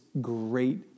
great